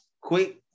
quick